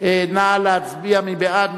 נא להצביע, מי בעד?